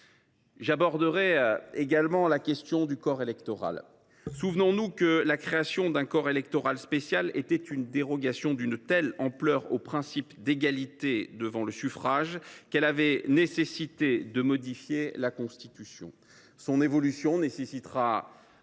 J’aborderai également la question du corps électoral. Souvenons nous que la création d’un corps électoral spécial était une dérogation d’une telle ampleur au principe d’égalité devant le suffrage qu’elle avait nécessité de modifier la Constitution. Son évolution nécessitera donc une nouvelle